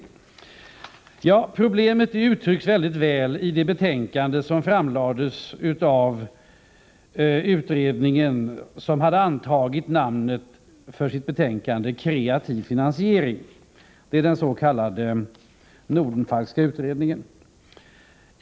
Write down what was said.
liga frågor liga frågor Problemet uttrycks väl i det betänkande som framlades av utredningen angående de små och medelstora företagens finansiella situation i sitt betänkande Kreativ finansiering. Det är den s.k. Nordenfalkska utredningen.